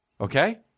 Okay